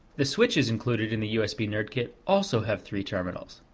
the switches included in the usb nerdkit also have three terminals.